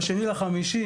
ב-2.5,